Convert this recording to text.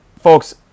folks